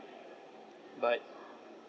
but